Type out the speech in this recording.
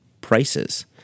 prices